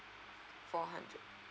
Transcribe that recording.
four hundred